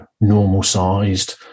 normal-sized